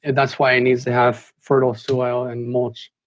and that's why i needs to have fertile soil and mulch.